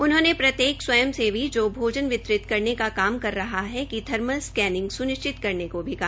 उन्होंने प्रत्येक स्वयं सेवी जो भोजन वितरित करने का काम कर रहा है की थर्मल स्कैनिंग स्त्निश्चित करने को भी कहा